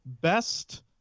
best